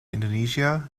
indonesia